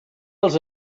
els